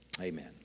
Amen